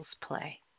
play